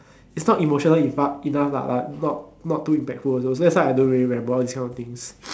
is not emotional it does but not too impactful also so I don't really remember all this kind of things